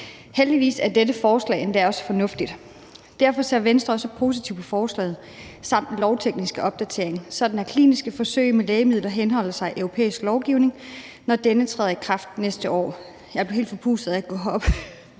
Heldigvis er dette forslag endda også fornuftigt. Derfor ser Venstre positivt på forslaget samt den lovtekniske opdatering, sådan at kliniske forsøg med lægemidler henholder sig til europæisk lovgivning, når denne træder i kraft næste år. Jeg blev helt forpustet af at gå herop.